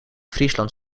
friesland